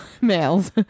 males